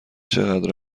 چقدر